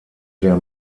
der